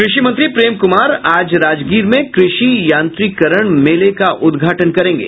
कृषि मंत्री प्रेम कुमार आज राजगीर में कृषि यांत्रिकरण मेला का उद्घाटन करेंगे